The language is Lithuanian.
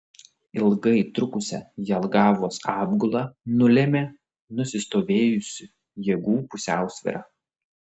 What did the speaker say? ilgai trukusią jelgavos apgulą nulėmė nusistovėjusi jėgų pusiausvyra